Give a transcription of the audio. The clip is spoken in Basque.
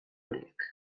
horiek